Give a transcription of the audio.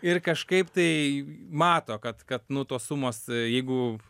ir kažkaip tai mato kad kad nu tos sumos jeigu